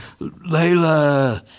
Layla